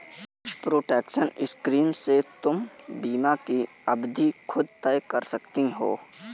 protection scheme से तुम बीमा की अवधि खुद तय कर सकती हो